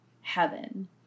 heaven